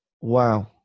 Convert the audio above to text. wow